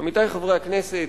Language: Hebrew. עמיתי חברי הכנסת,